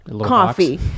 coffee